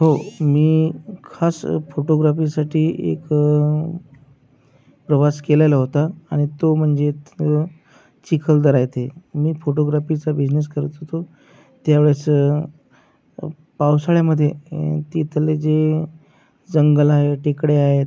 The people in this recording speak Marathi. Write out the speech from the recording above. हो मी खास फोटोग्राफीसाठी एक प्रवास केलेला होता आणि तो म्हणजे चिखलदरा येथे मी फोटोग्राफीचा बिझनेस करत होतो त्यावेळेस पावसाळ्यामध्ये तिथले जे जंगल आहे टेकड्या आहेत